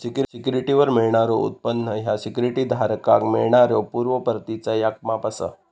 सिक्युरिटीवर मिळणारो उत्पन्न ह्या सिक्युरिटी धारकाक मिळणाऱ्यो पूर्व परतीचो याक माप असा